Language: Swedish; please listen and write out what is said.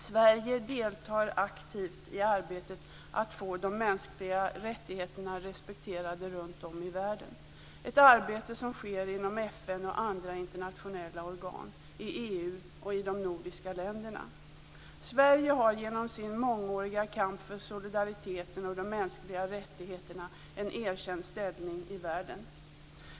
Sverige deltar aktivt i arbetet med att få de mänskliga rättigheterna respekterade runt om i världen. Det är ett arbete som sker inom FN och andra internationella organ, i EU och i de nordiska länderna. Sverige har genom sin mångåriga kamp för solidariteten och de mänskliga rättigheterna en erkänd ställning i världen.